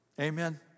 Amen